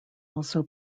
also